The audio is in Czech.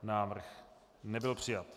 Návrh nebyl přijat.